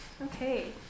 Okay